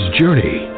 journey